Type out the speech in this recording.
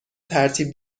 ترتیب